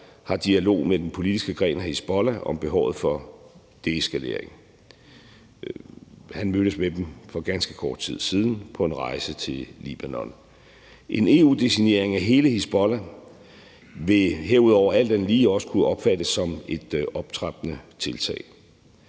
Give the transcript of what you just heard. har dialog med den politiske gren af Hizbollah om behovet for deeskalering. Han mødtes med dem for ganske kort tid siden på en rejse til Libanon. En EU-designering af hele Hizbollah vil herudover alt andet lige også kunne opfattes som et optrappende tiltag.